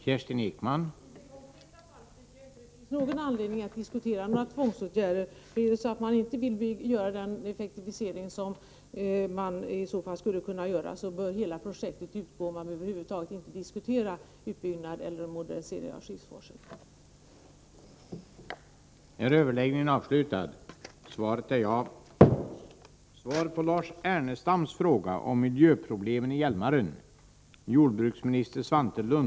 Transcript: Herr talman! I detta konkreta fall tycker jag inte det finns någon anledning att diskutera tvångsåtgärder. Är det så att företaget inte vill genomföra den effektivisering som skulle kunna göras, bör hela projektet utgå. Då bör man över huvud taget inte diskutera en utbyggnad eller en modernisering av Skiffsforsen.